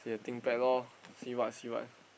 see the think back lor see what see what